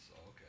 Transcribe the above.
Okay